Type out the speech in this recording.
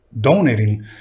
donating